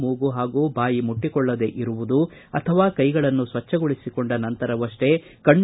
ಮೂಗು ಪಾಗೂ ಬಾಯಿ ಮುಟ್ಟಿಕೊಳ್ಳದೆ ಇರುವುದು ಅಥವಾ ಕೈಗಳನ್ನು ಸ್ವಜ್ಞಗೊಳಿಸಿಕೊಂಡ ನಂತರವಷ್ಷೇ ಕಣ್ಣ